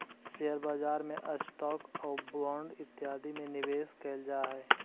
share बाजार में stock आउ बांड इत्यादि में निवेश कैल जा हई